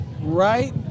right